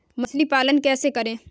मछली पालन कैसे करें?